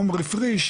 עמרי פריש,